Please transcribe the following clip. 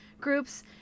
groups